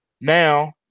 now